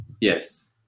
Yes